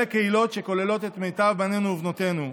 אלה קהילות שכוללות את מיטב בנינו ובנותינו,